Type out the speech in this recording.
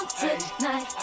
tonight